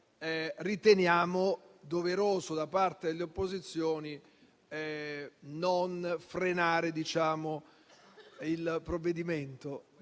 riteniamo doveroso da parte delle opposizioni non frenare il provvedimento.